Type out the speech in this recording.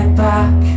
back